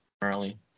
currently